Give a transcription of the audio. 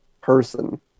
person